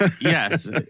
Yes